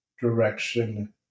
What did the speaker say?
Direction